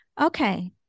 okay